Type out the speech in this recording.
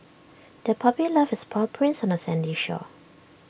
the puppy left its paw prints on the sandy shore